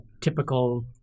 typical